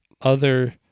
Other-